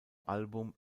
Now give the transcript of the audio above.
album